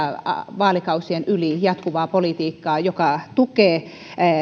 vaalikausien yli jatkuvaa politiikkaa joka tukee